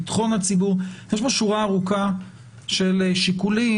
ביטחון הציבור יש פה שורה ארוכה של שיקולים,